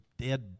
dead